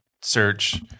search